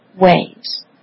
ways